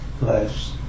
lives